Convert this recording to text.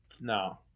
No